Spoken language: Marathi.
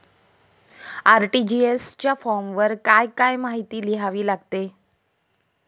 आर.टी.जी.एस च्या फॉर्मवर काय काय माहिती लिहावी लागते?